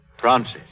Francis